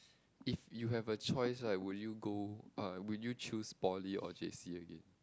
if you have a choice right would you go uh would you choose poly or J_C again